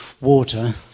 water